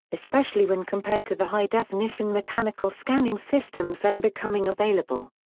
especially when compared to the high definition mechanical scanning systems then becoming available.